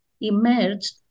emerged